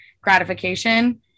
gratification